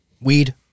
Weed